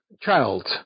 child